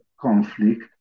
conflict